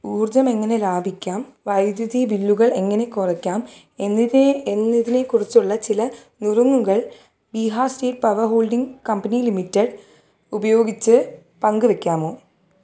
ഊർജ്ജം എങ്ങനെ ലാഭിക്കാം വൈദ്യുതി ബില്ലുകൾ എങ്ങനെ കുറയ്ക്കാം എന്നിവയെ എന്നതിനെ കുറിച്ചുള്ള ചില നുറുങ്ങുകൾ Bihar state power holding company limited ഉപയോഗിച്ച് പങ്കുവയ്ക്കാമോ